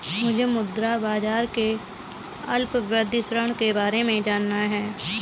मुझे मुद्रा बाजार के अल्पावधि ऋण के बारे में जानना है